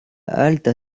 alta